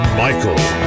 michael